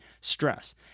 stress